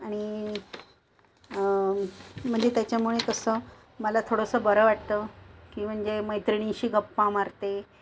आणि म्हणजे त्याच्यामुळे कसं मला थोडंसं बरं वाटतं की म्हणजे मैत्रिणीशी गप्पा मारते